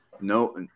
no